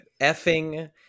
effing